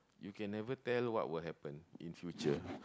you can never tell what will happen in future